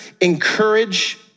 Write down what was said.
encourage